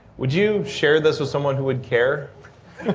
would you share this with someone who would care?